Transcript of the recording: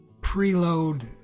preload